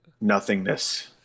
nothingness